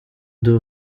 deux